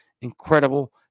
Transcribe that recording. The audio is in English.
Incredible